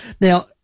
Now